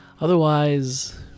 Otherwise